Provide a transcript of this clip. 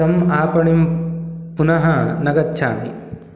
तम् आपणं पुनः न गच्छामि